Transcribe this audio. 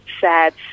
sad